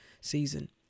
season